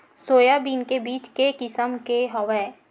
Soybean के बीज के किसम के हवय?